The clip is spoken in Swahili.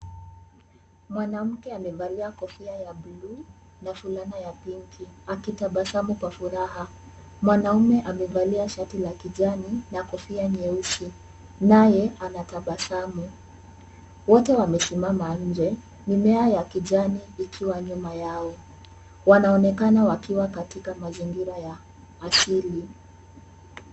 Mwanamke amevalia kofia ya bluu na fulana ya pinki akitabasamu kwa furaha. Mwanaume amevalia shati la kijani na kofia nyeusi naye anatabasamu. Wote wamesimama nje mimea ya kijani ikiwa nyuma yao. Wanaonekana wakiwa katika mazingira ya asili.